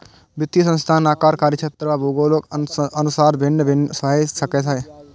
वित्तीय संस्थान आकार, कार्यक्षेत्र आ भूगोलक अनुसार भिन्न भिन्न भए सकै छै